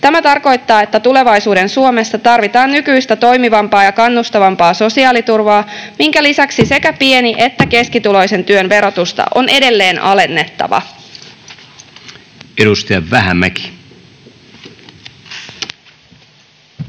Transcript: Tämä tarkoittaa, että tulevaisuuden Suomessa tarvitaan nykyistä toimivampaa ja kannustavampaa sosiaaliturvaa, minkä lisäksi sekä pieni- että keskituloisen työn verotusta on edelleen alennettava. Kunnioitettu